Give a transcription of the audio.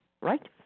Right